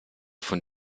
von